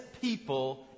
people